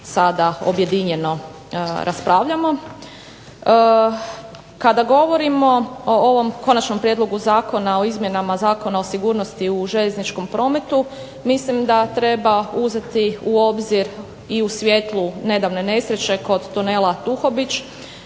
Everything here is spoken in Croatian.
sada objedinjeno raspravljamo. Kada govorimo o ovom konačnom prijedlogu o izmjenama Zakona o sigurnosti u željezničkom prometu mislim da treba uzeti u obzir i u svjetlu nedavne nesreće kod Tunela Tuhović